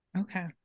Okay